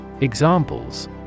Examples